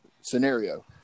scenario